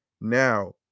Now